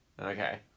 Okay